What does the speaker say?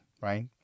right